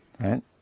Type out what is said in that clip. Right